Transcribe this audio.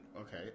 Okay